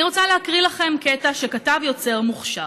אני רוצה להקריא לכם קטע שכתב יוצר מוכשר: